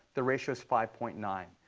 the ratio is five point nine.